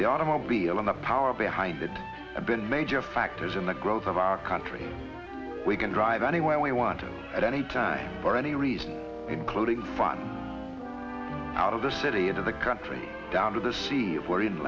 the automobile and the power behind that have been major factors in the growth of our country we can drive anywhere we wanted at any time for any reason including fun out of the city into the country down to the sea where in